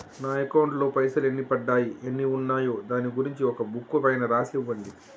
నా అకౌంట్ లో పైసలు ఎన్ని పడ్డాయి ఎన్ని ఉన్నాయో దాని గురించి ఒక బుక్కు పైన రాసి ఇవ్వండి?